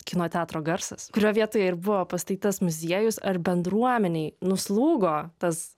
kino teatro garsas kurio vietoje ir buvo pastatytas muziejus ar bendruomenei nuslūgo tas